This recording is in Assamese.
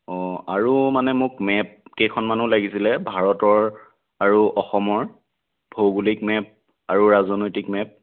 অঁ আৰু মানে মোক মেপ কেইখনমানো লাগিছিলে ভাৰতৰ আৰু অসমৰ ভৌগোলিক মেপ আৰু ৰাজনৈতিক মেপ